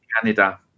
Canada